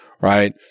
right –